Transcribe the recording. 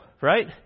Right